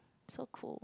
so cool